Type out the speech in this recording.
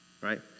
Right